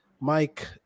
Mike